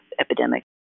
epidemic